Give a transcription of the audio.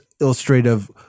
illustrative